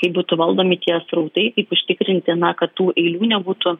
kaip būtų valdomi tie srautai kaip užtikrinti na kad tų eilių nebūtų